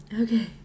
Okay